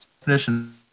definition